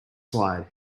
slide